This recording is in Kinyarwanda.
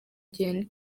gihe